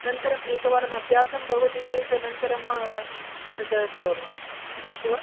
अनन्तरम् एकवारम् अभ्यासं भवति चेत् अनन्तरम् तत् करोमि अस्तु वा